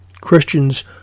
Christians